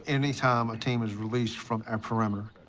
any time a team is released from our perimeter,